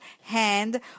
hand